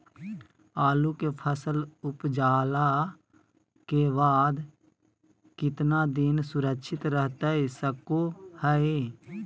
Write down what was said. आलू के फसल उपजला के बाद कितना दिन सुरक्षित रहतई सको हय?